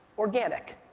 organic,